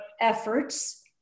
efforts